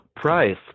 price